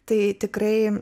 tai tikrai